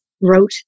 wrote